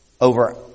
over